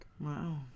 wow